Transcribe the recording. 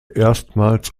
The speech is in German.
erstmals